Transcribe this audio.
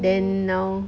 then now